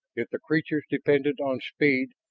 if the creatures depended on speed,